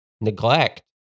Neglect